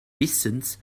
wissens